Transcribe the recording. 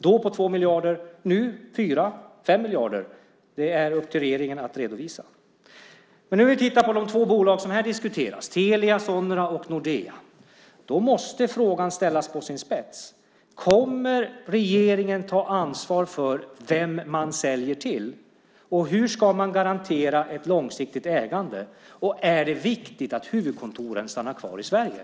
Då var den på 2 miljarder; nu är den på 4-5 miljarder. Det är upp till regeringen att redovisa. När vi tittar på de två bolag som diskuteras här, Telia Sonera och Nordea, ställs frågan på sin spets. Kommer regeringen att ta ansvar för vem man säljer till? Hur ska man garantera ett långsiktigt ägande? Är det viktigt att huvudkontoren stannar kvar i Sverige?